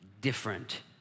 different